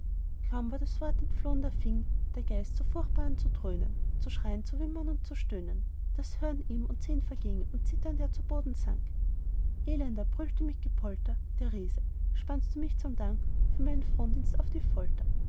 kaum war das wort entflohn da fing der geist so furchtbar an zu dröhnen zu schrei'n zu wimmern und zu stöhnen daß hören ihm und sehn verging und zitternd er zu boden sank elender brüllte mit gepolter der riese spannst du mich zum dank für meinen frondienst auf die folter